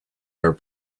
are